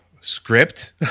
script